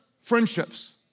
friendships